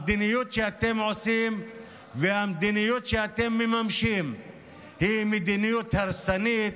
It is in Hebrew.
המדיניות שאתם עושים והמדיניות שאתם מממשים היא מדיניות הרסנית,